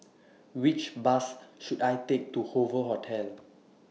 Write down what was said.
Which Bus should I Take to Hoover Hotel